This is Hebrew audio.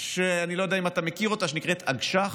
שאני לא יודע אם אתה מכיר, שנקראת אגש"ח.